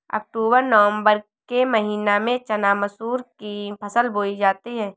अक्टूबर नवम्बर के महीना में चना मसूर की फसल बोई जाती है?